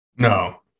No